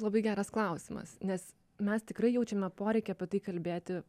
labai geras klausimas nes mes tikrai jaučiame poreikį apie tai kalbėti